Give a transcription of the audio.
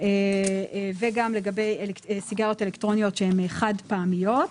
וגם לגבי סיגריות אלקטרוניות שהן חד פעמיות.